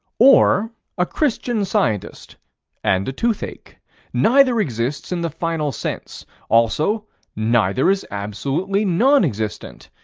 or a christian scientist and a toothache neither exists in the final sense also neither is absolutely non-existent,